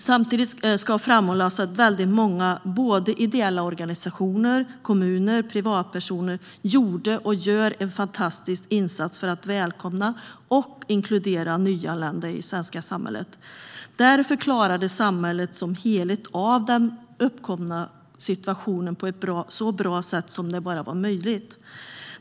Samtidigt ska framhållas att väldigt många ideella organisationer, kommuner och privatpersoner gjorde och gör en fantastisk insats för att välkomna och inkludera nyanlända i det svenska samhället. Därför klarade samhället som helhet av den uppkomna situationen på ett så bra sätt som det bara var möjligt.